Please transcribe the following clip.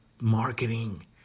marketing